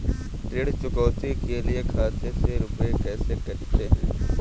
ऋण चुकौती के लिए खाते से रुपये कैसे कटते हैं?